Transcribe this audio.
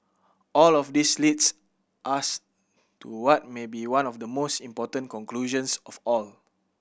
all of this leads us to what may be one of the most important conclusions of all